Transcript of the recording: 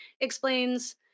Explains